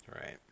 right